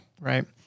Right